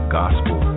gospel